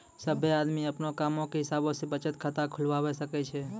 सभ्भे आदमी अपनो कामो के हिसाब से बचत खाता खुलबाबै सकै छै